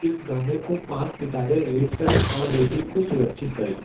इस गाने को पाँच सितारे रेट करें और रेटिंग को सुरक्षित करें